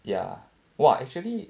ya !wah! actually